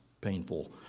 painful